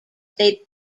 they